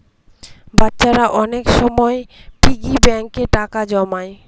বাচ্চারা অনেক সময় পিগি ব্যাঙ্কে টাকা জমায়